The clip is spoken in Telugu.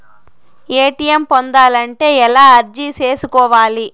ఎ.టి.ఎం పొందాలంటే ఎలా అర్జీ సేసుకోవాలి?